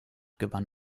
gewann